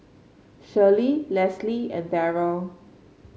Shelley Lesley and Darrell